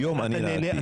היום אני נהגתי.